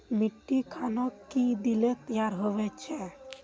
मिट्टी खानोक की दिले तैयार होबे छै?